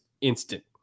instant